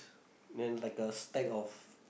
then like a stack of